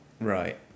Right